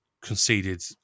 conceded